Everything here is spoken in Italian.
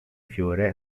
fiore